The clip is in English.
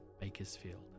Bakersfield